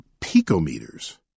picometers